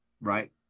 right